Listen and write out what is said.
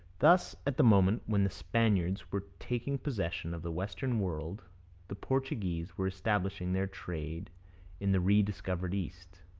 thus at the moment when the spaniards were taking possession of the western world the portuguese were establishing their trade in the rediscovered east.